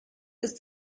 ist